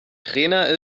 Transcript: trainer